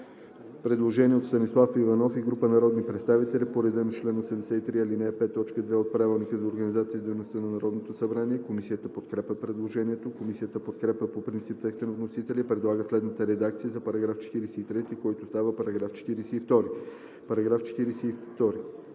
предложение от Станислав Иванов и група народни представители по реда на чл. 83, ал. 5, т. 2 от Правилника за организацията и дейността на Народното събрание. Комисията подкрепя предложението. Комисията подкрепя по принцип текста на вносителя и предлага следната редакция на § 43, който става § 42: „§ 42.